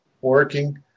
working